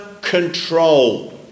control